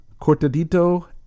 Cortadito